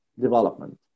development